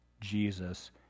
Jesus